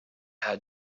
had